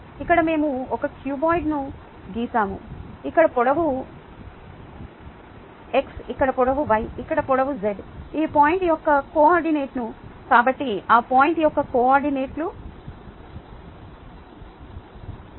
ఇక్కడ మేము ఒక క్యూబాయిడ్ను గీసాము ఇక్కడ పొడవు ∆ x ఇక్కడ పొడవు ∆ y ఇక్కడ పొడవు ∆z ఈ పాయింట్ యొక్క కోఆర్డినేట్లు కాబట్టి ఈ పాయింట్ యొక్క కోఆర్డినేట్లు x Δx y Δy z Δz